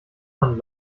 man